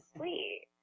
sweet